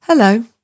Hello